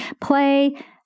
play